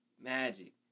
Magic